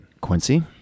Quincy